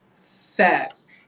Facts